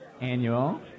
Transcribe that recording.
annual